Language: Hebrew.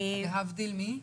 להבדיל מ?